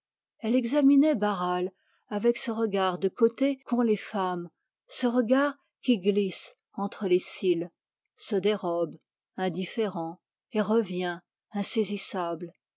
elle examinait barral avec ce regard de côté qu'ont les femmes ce regard qui glisse entre les cils se dérobe indifférent et revient insaisissable